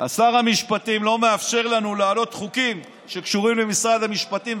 שר משפטים לא מאפשר לנו להעלות חוקים שקשורים למשרד המשפטים,